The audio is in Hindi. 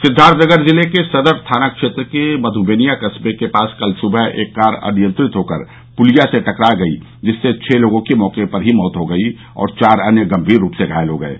सिद्दार्थनगर जिले के सदर थाना क्षेत्र के मध्बेनिया कस्बे के पास कल सुबह एक कार अनियंत्रित होकर पुलिया से टकरा गई जिससे छ लोगों की मौके पर ही मौत हो गयी और चार अन्य गम्मीर रूप से घायल हो गये